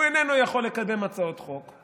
הוא איננו יכול לקדם הצעות חוק,